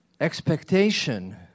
expectation